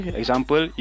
example